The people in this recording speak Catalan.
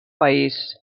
país